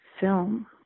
Film